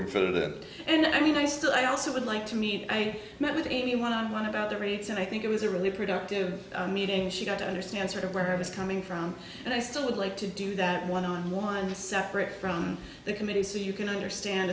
for that and i mean i still i also would like to meet i met with any one on one about the rates and i think it was a really productive meeting she got to understand sort of where i was coming from and i still would like to do that one on one separate from the committee so you can understand